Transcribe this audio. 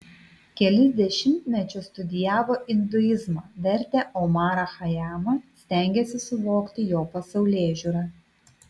kelis dešimtmečius studijavo induizmą vertė omarą chajamą stengėsi suvokti jo pasaulėžiūrą